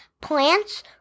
plants